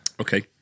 Okay